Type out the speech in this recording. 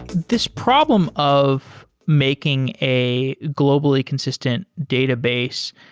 this problem of making a globally consistent database,